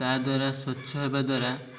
ତା ଦ୍ୱାରା ସ୍ୱଚ୍ଛ ହେବା ଦ୍ୱାରା